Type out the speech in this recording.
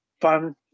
fun